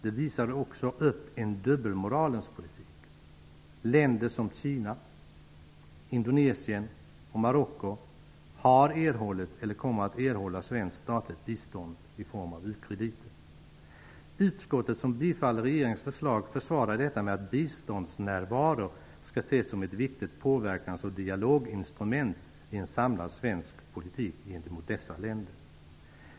Den visar också en dubbelmoralens politik. Länder som Kina, Indonesien och Marocko har erhållit eller kommer att erhålla svenskt statligt bistånd i form av u-krediter. Utskottet, som tillstyrker regeringens förslag, försvarar detta med att biståndsnärvaro skall ses som ett viktigt påverkans och dialoginstrument i en samlad svensk politik gentemot dessa länder.